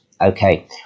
Okay